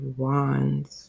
wands